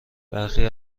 برخی